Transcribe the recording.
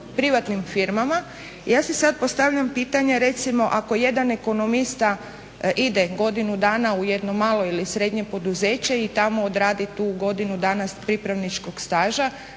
privatnim firmama. I ja si sada postavljam pitanje recimo ako jedan ekonomista ide godinu dana u jedno malo ili srednje poduzeće i tamo odradi tu godinu dana pripravničkog staža